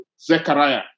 Zechariah